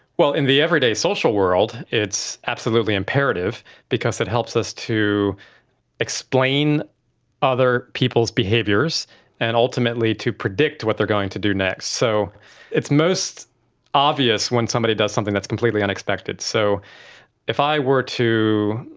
well, in the everyday social world it's absolutely imperative because it helps us to explain other people's behaviours and ultimately to predict what they're going to do next. so it's most obvious when somebody does something that's completely unexpected. so if i were to,